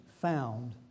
found